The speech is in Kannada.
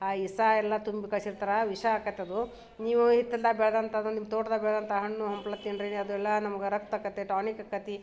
ಆ ವಿಸ ಎಲ್ಲ ತುಂಬಿ ಕಳ್ಸಿರ್ತಾರೆ ವಿಷ ಆಗತ್ ಅದು ನೀವು ಹಿತ್ತಲ್ದಾಗ ಬೆಳ್ದಂಥದ್ದು ನಿಮ್ಮ ತೋಟ್ದಾಗ ಬೆಳೆದಂಥ ಹಣ್ಣು ಹಂಪ್ಲು ತಿನ್ನಿರಿ ಅದೆಲ್ಲ ನಮ್ಗೆ ರಕ್ತ ಆಕೈತೆ ಟಾನಿಕ್ ಆಕತಿ